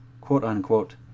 quote-unquote